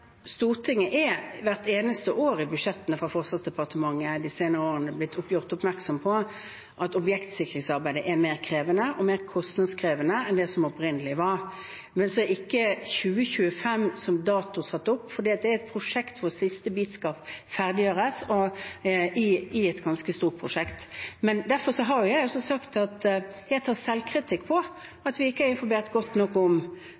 Stortinget får greie på det. Er det god nok informasjon? I budsjettene for Forsvarsdepartementet de senere årene er Stortinget hvert eneste år blitt gjort oppmerksom på at objektsikringsarbeidet er mer krevende og mer kostnadskrevende enn det som opprinnelig var. Men så er ikke 2025 som dato satt opp, for det er et prosjekt hvor siste bit skal ferdiggjøres i et ganske stort prosjekt. Derfor har jeg også sagt at jeg tar selvkritikk på at vi ikke har informert godt nok om